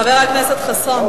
חבר הכנסת חסון.